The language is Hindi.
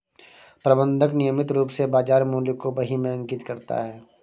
प्रबंधक नियमित रूप से बाज़ार मूल्य को बही में अंकित करता है